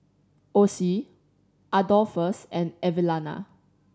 Ossie Adolphus and Evelena